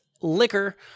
Liquor